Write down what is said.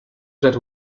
that